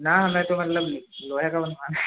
نا ہمیں تو مطلب لوہے کا بنوانا ہے